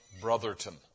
Brotherton